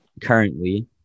currently